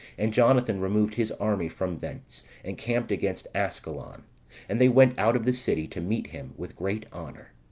and jonathan, removed his army from thence and camped against ascalon and they went out of the city to meet him with great honour.